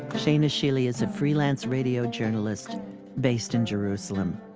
shaina shealy is a freelance radio journalist based in jerusalem.